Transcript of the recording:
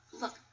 Look